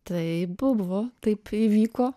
tai buvo taip įvyko